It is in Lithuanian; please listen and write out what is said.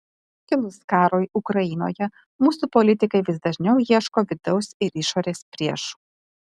kilus karui ukrainoje mūsų politikai vis dažniau ieško vidaus ir išorės priešų